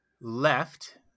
left